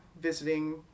visiting